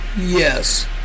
Yes